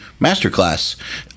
Masterclass